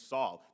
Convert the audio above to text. Saul